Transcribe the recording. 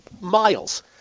miles